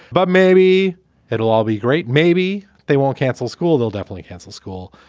but maybe it will all be great. maybe they won't cancel school. they'll definitely cancel school.